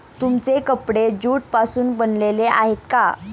तुमचे कपडे ज्यूट पासून बनलेले आहेत का?